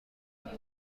مورد